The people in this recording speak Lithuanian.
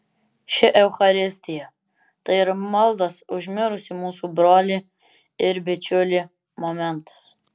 ši eucharistija tai ir maldos už mirusį mūsų brolį ir bičiulį momentas